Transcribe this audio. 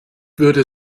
würde